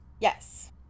yes